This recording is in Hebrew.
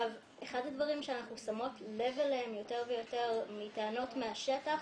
אחד הדברים שאנחנו שמות לב אליהם יותר ויותר מטענות מהשטח,